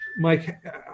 Mike